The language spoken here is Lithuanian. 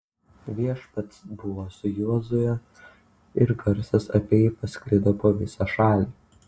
viešpats buvo su jozue ir garsas apie jį pasklido po visą šalį